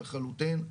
לחלוטין.